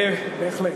בהחלט.